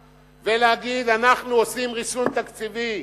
ולהגיד: אנחנו עושים ריסון תקציבי,